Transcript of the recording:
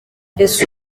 ese